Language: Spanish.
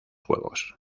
juegos